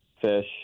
fish